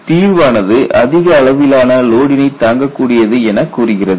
தீர்வானது அதிக அளவிலான லோடினை தாங்கக் கூடியது என கூறுகிறது